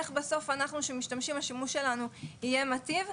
איך בסוף אנחנו שמשתמשים השימוש לנו יהיה מתיר.